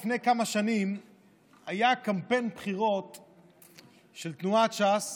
לפני כמה שנים היה קמפיין בחירות של תנועת ש"ס